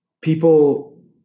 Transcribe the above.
People